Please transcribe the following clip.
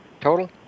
total